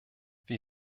wir